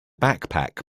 backpack